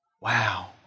Wow